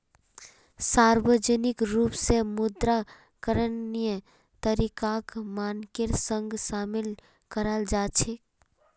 सार्वजनिक रूप स मुद्रा करणीय तरीकाक मानकेर संग शामिल कराल जा छेक